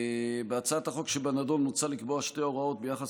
בהצעת החוק שבנדון מוצע לקבוע שתי הוראות ביחס